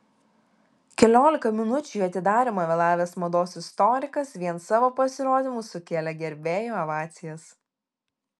keliolika minučių į atidarymą vėlavęs mados istorikas vien savo pasirodymu sukėlė gerbėjų ovacijas